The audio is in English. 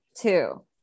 two